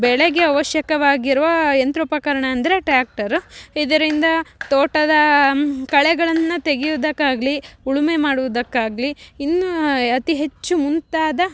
ಬೆಳೆಗೆ ಅವಶ್ಯಕವಾಗಿರುವ ಯಂತ್ರೋಪಕರಣ ಅಂದರೆ ಟ್ಯಾಕ್ಟರು ಇದರಿಂದ ತೋಟದ ಕಳೆಗಳನ್ನು ತೆಗೆಯೋದಕ್ಕಾಗ್ಲಿ ಉಳುಮೆ ಮಾಡುವುದಕ್ಕಾಗಲಿ ಇನ್ನೂ ಅತಿ ಹೆಚ್ಚು ಮುಂತಾದ